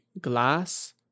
glass